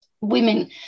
women